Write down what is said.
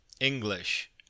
English